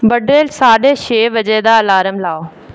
बड़लै साड्ढे छे बजे दा अलार्म लाओ